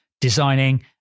designing